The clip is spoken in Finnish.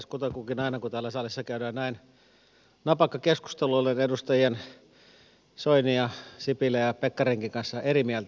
kutakuinkin aina kun täällä salissa käydään näin napakka keskustelu olen edustajien soini sipilä ja pekkarinen kanssa eri mieltä